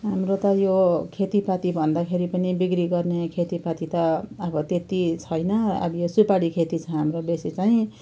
हाम्रो त यो खेतीपाती भन्दाखेरि पनि बिक्री गर्ने खेतीपाती त अब त्यति छैन अलिक यो सुपारी खेती छ हाम्रो बेसी चाहिँ